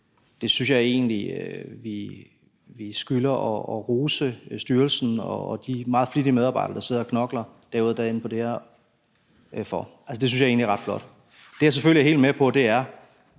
på 9 dage, skylder vi at rose styrelsen og de meget flittige medarbejdere, der sidder og knokler dag ud og dag ind med det her. Det synes jeg egentlig er ret flot. Det, jeg selvfølgelig er helt med på, er,